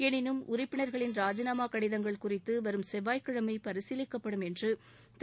எனினும் உறுப்பினா்களின் ராஜினாமா கடிதங்கள் குறித்து வரும் செவ்வாய்க்கிழமை பரிசீலிக்கப்படும் என்று திரு